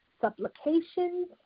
supplications